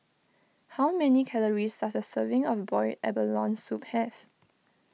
how many calories does a serving of Boiled Abalone Soup have